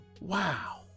wow